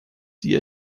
die